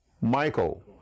Michael